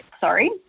sorry